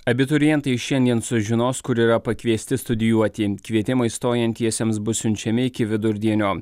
abiturientai šiandien sužinos kur yra pakviesti studijuoti kvietimai stojantiesiems bus siunčiami iki vidurdienio